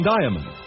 Diamond